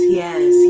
yes